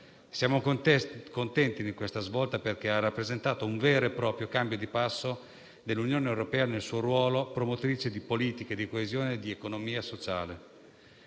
Siamo contenti di questa svolta, perché ha rappresentato un vero e proprio cambio di passo dell'Unione europea nel suo ruolo promotrice di politiche di coesione e di economia sociale.